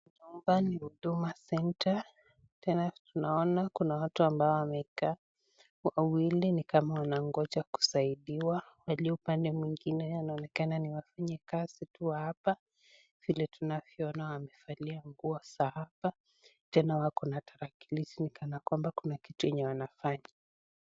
Hapa ni huduma centre tena tunaona kuna watu ambao wamekaa wawili ni kama wanangoja kusaidiwa. Walioupande mwingine wanaonekana ni wafanyikazi tu wa hapa vile tunavyoona wamevalia nguo za hapa tena wako na tarakilishi ni kana kwamba kuna kitu yenye wanafanya.